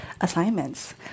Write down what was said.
assignments